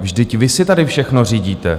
Vždyť vy si tady všechno řídíte.